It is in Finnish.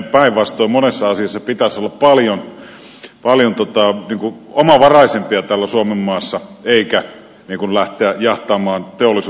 meidän päinvastoin monessa asiassa pitäisi olla paljon omavaraisempia täällä suomenmaassa eikä lähteä jahtaamaan teollisuutta täältä ulos